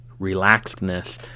relaxedness